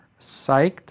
psyched